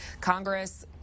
Congress